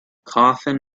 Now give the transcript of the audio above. coffin